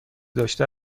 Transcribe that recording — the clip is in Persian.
داشته